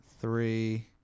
three